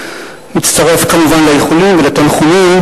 אני מצטרף כמובן לאיחולים ולתנחומים.